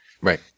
Right